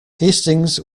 hastings